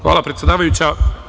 Hvala predsedavajuća.